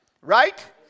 Right